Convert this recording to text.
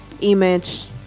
image